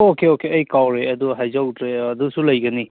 okay okay ꯑꯩ ꯀꯥꯎꯔꯨꯔꯦ ꯑꯗꯨ ꯍꯥꯏꯖꯍꯧꯗ꯭ꯔꯦ ꯑꯗꯨꯁꯨ ꯂꯩꯒꯅꯤ